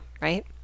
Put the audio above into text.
right